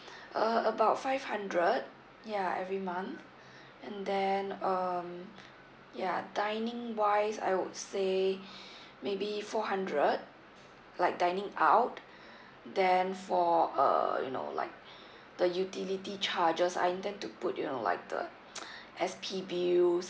uh about five hundred ya every month and then um ya dining wise I would say maybe four hundred like dining out then for uh you know like the utility charges I intend to put you know like the S_P bills